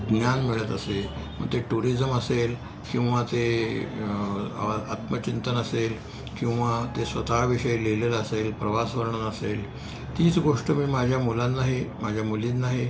ज्ञान मिळत असे मग ते टुरिजम असेल किंवा ते आत्मचिंतन असेल किंवा ते स्वतःविषयी लिहिलेलं असेल प्रवास वर्णन असेल तीच गोष्ट मी माझ्या मुलांनाही माझ्या मुलींनाही